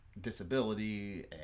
disability